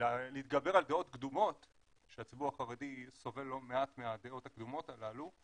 ולהתגבר על דעות קדומות שהציבור החרדי סובל לא מעט מהדעות הקדומות הללו,